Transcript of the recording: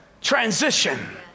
Transition